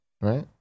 Right